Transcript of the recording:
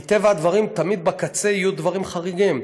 מטבע הדברים, תמיד בקצה יהיו דברים חריגים.